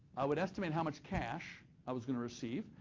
i would estimate how much cash i was going to receive,